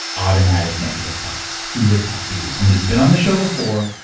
automatic negative thoughts. who would that be? someone who's been on the show before,